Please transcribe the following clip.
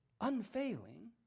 unfailing